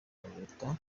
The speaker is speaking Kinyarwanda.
leta